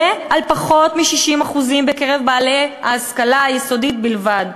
ועל פחות מ-60% בקרב בעלי ההשכלה היסודית בלבד.